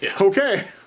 Okay